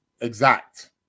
exact